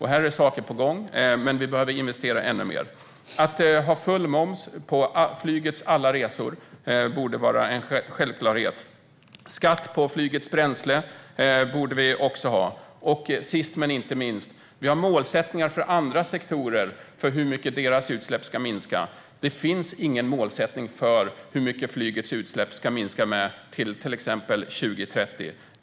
Här är saker på gång, men vi behöver investera ännu mer. Full moms på flygets alla resor borde vara en självklarhet. Skatt på flygets bränsle borde vi också ha. Sist men inte minst: Vi har målsättningar för andra sektorer när det gäller hur mycket deras utsläpp ska minska. Det finns ingen målsättning för hur mycket flygets utsläpp ska minska med till exempelvis 2030.